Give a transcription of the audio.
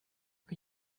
are